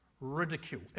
ridicule